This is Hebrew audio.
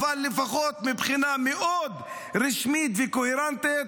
לפחות מבחינה מאוד רשמית וקוהרנטית,